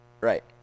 Right